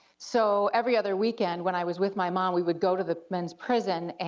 so every other weekend when i was with my mom, we would go to the men's prison, and